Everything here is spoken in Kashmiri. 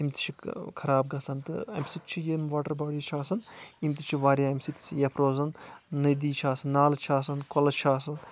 تہٕ تِم تہِ چھِ خراب گژھان تہٕ امہِ سۭتۍ چھ یِم واٹر باڈیٖز چھ آسان یِم تہِ چھِ واریاہ امہِ سۭتۍ سیف روزن نٔدی چھِ آسان نالہٕ چھِ آسان کۄلہٕ چھِ آسان